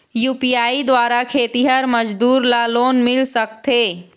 UPI द्वारा खेतीहर मजदूर ला लोन मिल सकथे?